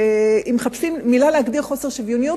אם מחפשים מלה להגדיר חוסר שוויוניות,